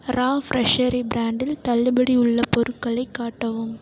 ரா freshery ப்ராண்டில் தள்ளுபடி உள்ள பொருட்களை காட்டவும்